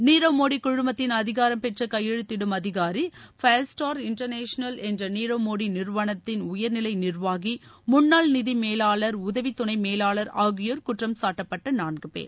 நிரவ் மோடி குழுமத்தின் அதிகாரம் பெற்ற கையெழுத்திடும் அதிகாரி ஃபயர் ஸ்டார் இன்டர்நேஷனல் என்ற நிரவ் மோடி நிறுவனத்தின் உயர்நிலை நிர்வாகி முன்னாள் நிதி மேலாளர் உதவி துணை மேலாளர் ஆகியோர் குற்றம் சாட்டப்பட்ட நான்குபேர்